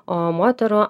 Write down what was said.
o moterų